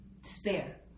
despair